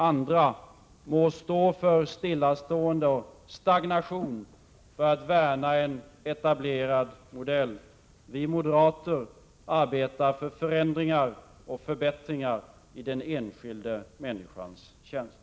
Andra må stå för stillastående och stagnation för att värna en etablerad modell. Vi moderater arbetar för förändringar och förbättringar i den enskilda människans tjänst.